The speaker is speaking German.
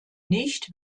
nicht